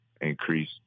increase